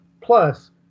Plus